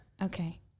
Okay